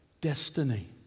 destiny